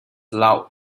loud